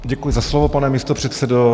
Děkuji za slovo, pane místopředsedo.